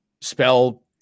spell